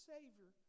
Savior